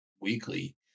weekly